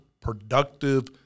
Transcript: productive